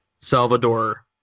Salvador